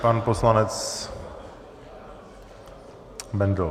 Pan poslanec Bendl.